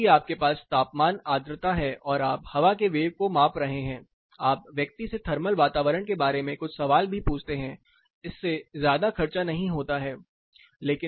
कहते हैं कि आपके पास तापमान आर्द्रता है और आप हवा के वेग को माप रहे हैं आप व्यक्ति से थर्मल वातावरण के बारे में कुछ सवाल भी पूछते हैं इससे ज्यादा खर्चा नहीं होता है